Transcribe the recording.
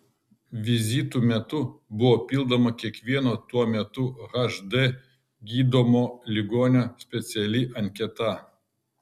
vizitų metu buvo pildoma kiekvieno tuo metu hd gydomo ligonio speciali anketa